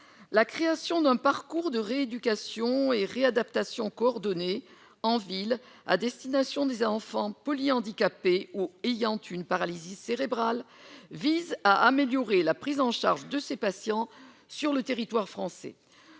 la création d'un parcours de rééducation et réadaptation coordonnées en ville, à destination des enfants polyhandicapés ou ayant une paralysie cérébrale vise à améliorer la prise en charge de ces patients sur le territoire français,